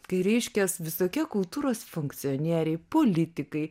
kai reiškias visokie kultūros funkcionieriai politikai